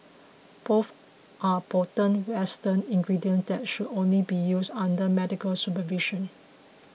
both are potent western ingredients that should only be used under medical supervision